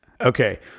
Okay